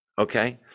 okay